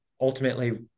ultimately